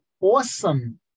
awesome